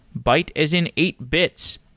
byte as in eight bits.